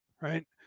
Right